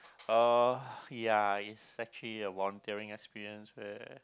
uh ya it's actually a volunteering experience where